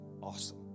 awesome